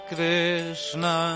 Krishna